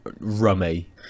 rummy